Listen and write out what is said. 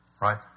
right